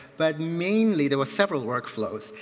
but mainly there were several workflows.